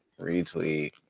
retweet